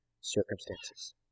circumstances